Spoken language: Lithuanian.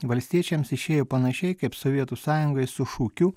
valstiečiams išėjo panašiai kaip sovietų sąjungai su šūkiu